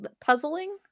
Puzzling